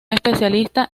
especialista